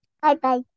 Bye-bye